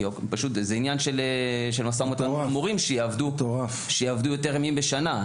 כי זה עניין של משא ומתן עם המורים שיעבדו יותר ימים בשנה,